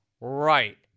Right